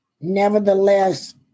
nevertheless